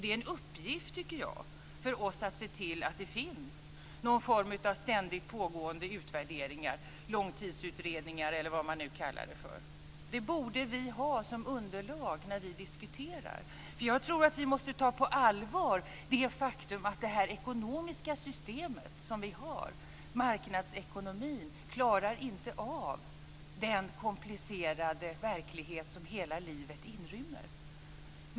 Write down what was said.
Jag tycker att det är en uppgift för oss att se till att det finns någon form av ständigt pågående utvärderingar - långtidsutredningar eller vad man nu kallar dem. Sådana borde vi ha som underlag när vi diskuterar. Jag tror nämligen att vi måste ta på allvar det faktum att det ekonomiska system som vi har, marknadsekonomin, inte klarar av den komplicerade verklighet som hela livet inrymmer.